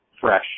fresh